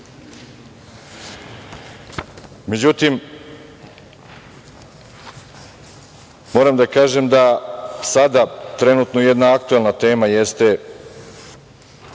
kampanje.Međutim, moram da kažem da sada trenutno jedna aktuelna tema jeste